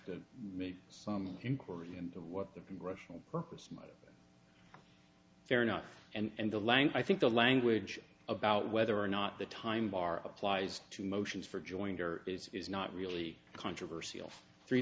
to make some inquiry into what the congressional purpose much fair enough and the lang i think the language about whether or not the time bar applies to motions for joined her is is not really a controversy of three